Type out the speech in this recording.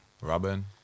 Robin